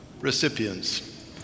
recipients